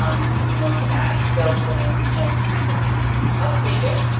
um you can look at those that are most recently updated.